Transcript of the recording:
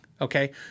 Okay